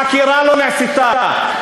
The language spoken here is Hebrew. חקירה לא נעשתה.